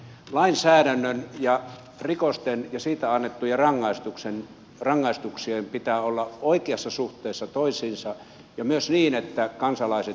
lainsäädännön ja rikosten ja niistä annettavien rangaistuksien pitää olla oikeassa suhteessa toisiinsa ja myös niin että kansalaiset sen hyväksyvät